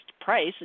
price